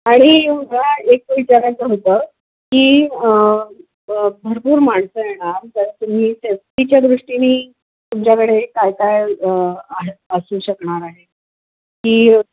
आणि मला एक विचारायचं होतं की भरपूर माणसं येणार तर तुम्ही सेफ्टीच्या दृष्टीनी तुमच्याकडे काय काय असू शकणार आहे की